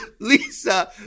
Lisa